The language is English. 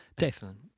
Excellent